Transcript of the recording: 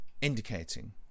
indicating